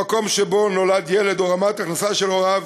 המקום שבו נולד ילד או רמת ההכנסה של הוריו